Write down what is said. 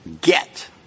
get